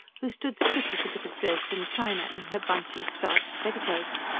who stood stiff as a bit of dresden china in her bunchy starched petticoats.